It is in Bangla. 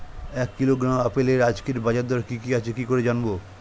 এক কিলোগ্রাম আপেলের আজকের বাজার দর কি কি আছে কি করে জানবো?